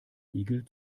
igel